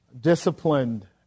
Disciplined